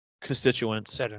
constituents